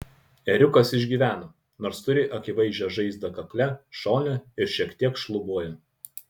ėriukas išgyveno nors turi akivaizdžią žaizdą kakle šone ir šiek tiek šlubuoja